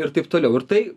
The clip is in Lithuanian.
ir taip toliau ir tai